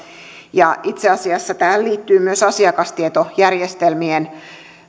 itse asiassa tähän liittyy myös asiakastietojärjestelmien